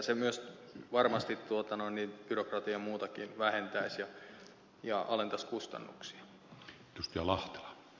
se varmasti vähentäisi byrokratiaa ja muutakin ja alentaisi kustannuksia